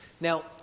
now